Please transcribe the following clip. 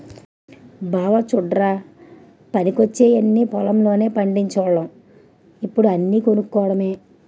బావా చుడ్రా పనికొచ్చేయన్నీ పొలం లోనే పండిచోల్లం ఇప్పుడు అన్నీ కొనుక్కోడమే